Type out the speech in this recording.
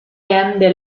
the